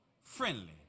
friendly